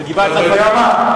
אתה יודע מה?